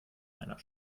einer